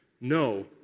No